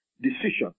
decision